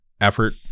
effort